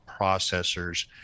processors